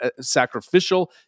sacrificial